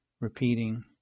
Repeating